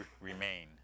remain